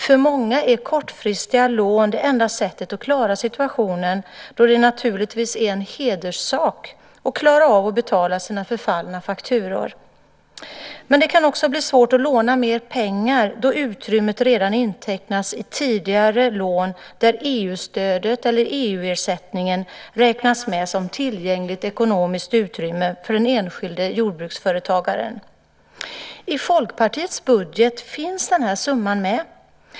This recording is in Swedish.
För många är kortfristiga lån det enda sättet att klara situationen då det naturligtvis är en hederssak att klara av att betala sina förfallna fakturor. Det kan också bli svårt att låna mer pengar då utrymmet redan intecknats i tidigare lån och då EU-stödet eller EU-ersättningen räknas med som tillgängligt ekonomiskt utrymme för den enskilde jordbruksföretagaren. I Folkpartiets budget finns den här summan med.